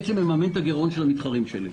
בעצם אני מממן גם את הגירעונות של המתחרים שלנו